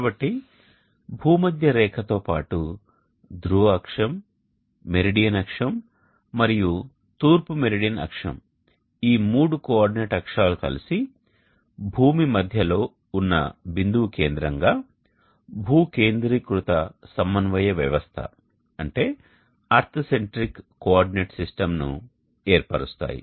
కాబట్టి భూమధ్య రేఖ తో పాటు ధ్రువ అక్షం మెరీడియన్ అక్షం మరియు తూర్పు మెరిడియన్ అక్షం అనే మూడు కోఆర్డినేట్ అక్షాలు కలిసి భూమి మధ్యలో ఉన్న బిందువు కేంద్రంగా భూకేంద్రీకృత సమన్వయ వ్యవస్థను ఏర్పరుస్తాయి